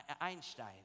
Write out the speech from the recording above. Einstein